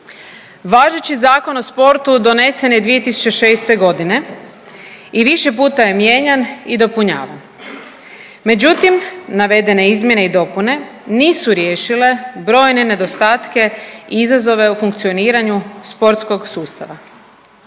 Važeći Zakon o sportu donesen je 2006. godine i više puta je mijenjan i dopunjavan, međutim navedene izmjene i dopune nisu riješile brojne nedostatke i izazove u funkcioniranju sportskog sustava.